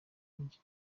mujyi